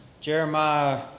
Jeremiah